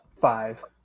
Five